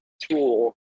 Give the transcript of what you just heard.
tool